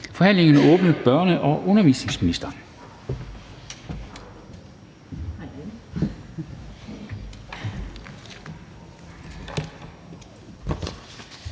ordet til børne- og undervisningsministeren.